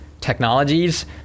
technologies